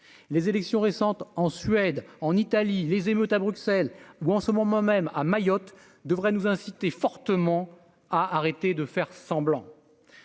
les élections récentes en Suède, en Italie, les émeutes à Bruxelles où en ce moment même à Mayotte, devrait nous inciter fortement à arrêter de faire semblant,